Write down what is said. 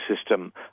system